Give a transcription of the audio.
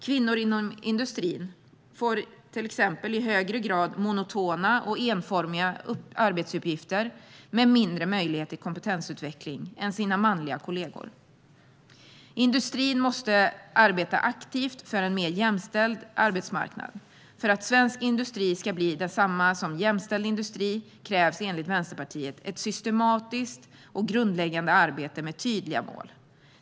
Kvinnor inom industrin får till exempel i högre grad monotona och enformiga arbetsuppgifter med mindre möjlighet till kompetensutveckling än sina manliga kollegor. Industrin måste arbeta aktivt för en mer jämställd arbetsmarknad. För att svensk industri ska bli detsamma som jämställd industri krävs enligt Vänsterpartiet ett systematiskt och grundläggande arbete med tydliga mål.